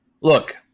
Look